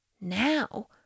now